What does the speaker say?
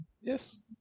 Yes